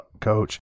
coach